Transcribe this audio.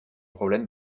problème